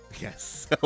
Yes